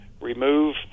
remove